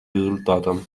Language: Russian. результатом